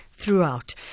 Throughout